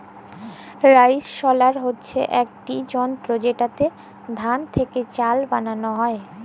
rice huller হছে ইকট যল্তর যেটতে ধাল থ্যাকে চাল বালাল হ্যয়